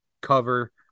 cover